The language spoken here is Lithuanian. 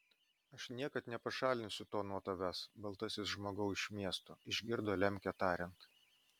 aš niekad nepašalinsiu to nuo tavęs baltasis žmogau iš miesto išgirdo lemkę tariant